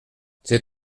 c’est